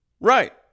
Right